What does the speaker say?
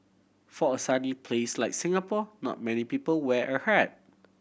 for a sunny place like Singapore not many people wear a hat